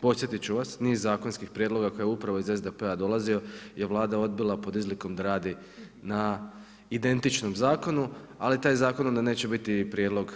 Podsjetiti ću vas, niz zakonskih prijedloga koje upravo iz SDP-a dolazio, je Vlada odbila pod izlikom da radi na identičnom zakonu, ali taj zakon onda neće biti prijedlog